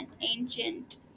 ancient